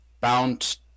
bound